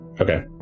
Okay